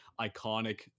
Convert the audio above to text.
iconic